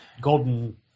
golden